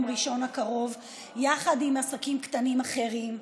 ראשון הקרוב יחד עם עסקים קטנים אחרים.